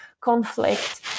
conflict